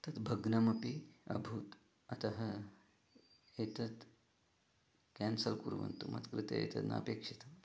तद् भग्नमपि अभूत् अतः एतत् केन्सल् कुर्वन्तु मत्कृते एतद् नापेक्षितम्